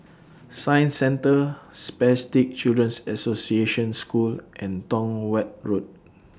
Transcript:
Science Centre Spastic Children's Association School and Tong Watt Road